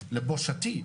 לבושתי,